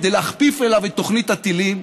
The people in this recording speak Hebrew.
כדי להכפיף אליו את תוכנית הטילים,